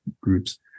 groups